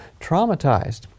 traumatized